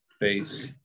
face